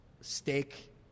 steak